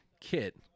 kit